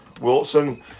Wilson